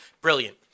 Brilliant